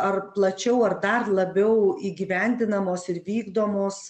ar plačiau ar dar labiau įgyvendinamos ir vykdomos